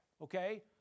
Okay